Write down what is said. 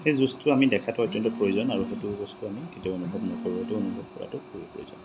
সেই যুঁজটো আমি দেখাটো অত্যন্ত প্ৰয়োজন আৰু সেইটো বস্তু আমি কেতিয়াও অনুভৱ নকৰোঁ সেইটো অনুভৱ কৰাতো প্ৰয়োজন